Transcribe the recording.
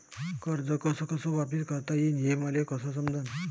कर्ज कस कस वापिस करता येईन, हे मले कस समजनं?